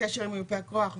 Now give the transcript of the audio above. ייפוי כוח מתמשך,